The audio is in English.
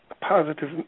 positive